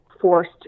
forced